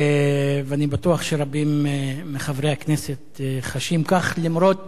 ואני בטוח שרבים מחברי הכנסת חשים כך, למרות